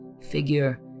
figure